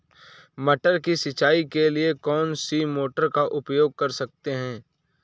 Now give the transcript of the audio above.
मटर की सिंचाई के लिए कौन सी मोटर का उपयोग कर सकते हैं?